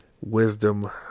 wisdom